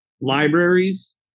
libraries